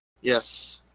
Yes